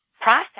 process